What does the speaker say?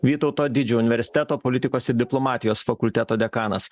vytauto didžiojo universiteto politikos ir diplomatijos fakulteto dekanas